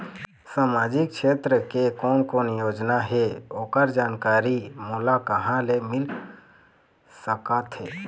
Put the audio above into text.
सामाजिक क्षेत्र के कोन कोन योजना हे ओकर जानकारी मोला कहा ले मिल सका थे?